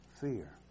Fear